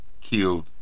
killed